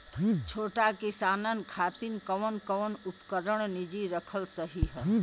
छोट किसानन खातिन कवन कवन उपकरण निजी रखल सही ह?